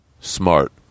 smart